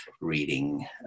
reading